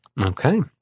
Okay